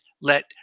let